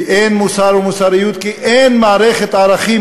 ואין מוסר או מוסריות כי אין מערכת ערכים